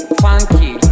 funky